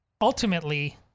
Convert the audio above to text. ultimately